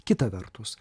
kita vertus